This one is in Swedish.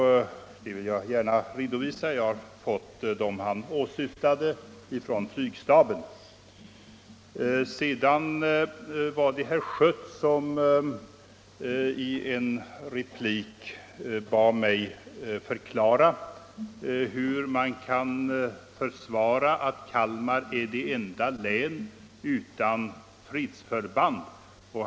Det vill jag gärna redovisa. Jag har fått de uppgifter han åsyftade från flygstaben. Herr Schött bad mig förklara hur man kan försvara att Kalmar blir det enda länet utan fredsförband.